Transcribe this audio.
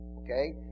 Okay